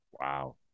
Wow